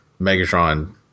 Megatron